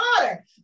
water